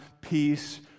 peace